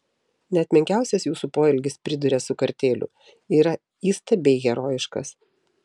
net menkiausias jūsų poelgis priduria su kartėliu yra įstabiai herojiškas